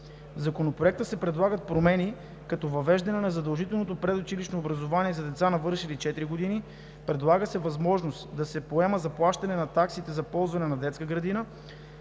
В Законопроекта се предлагат промени, като въвеждане на задължително предучилищно образование за деца, навършили 4 години, предлага се възможност да се поема заплащане на таксите за ползване на детска градина.